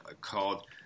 called